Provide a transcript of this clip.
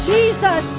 Jesus